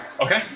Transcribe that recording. Okay